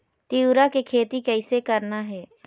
तिऊरा के खेती कइसे करना हे?